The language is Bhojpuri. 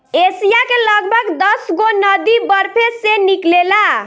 एशिया के लगभग दसगो नदी बरफे से निकलेला